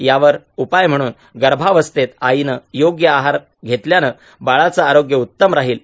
यावर उपाय म्हणून गर्भावस्थेत आईनं योग्य आहार घेतल्याने बाळाचे आरोग्य उत्तम राहील